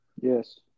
Yes